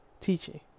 teaching